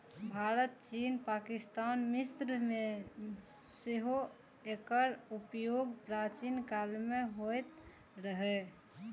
भारत, चीन, पाकिस्तान आ मिस्र मे सेहो एकर उपयोग प्राचीन काल मे होइत रहै